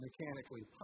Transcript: mechanically